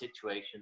situation